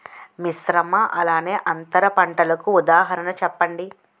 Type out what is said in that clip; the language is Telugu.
మిశ్రమ అలానే అంతర పంటలకు ఉదాహరణ చెప్పండి?